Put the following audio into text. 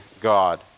God